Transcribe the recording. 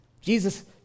Jesus